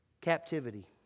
Captivity